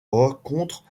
rencontrent